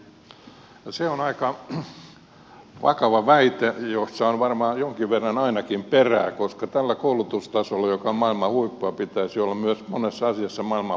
se on aika vakava väite jossa on varmaan ainakin jonkin verran perää koska tällä koulutustasolla joka on maailman huippua pitäisi olla myös monessa asiassa maailman huipulla